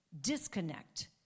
disconnect